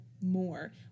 more